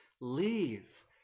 leave